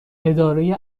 اداره